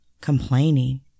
complaining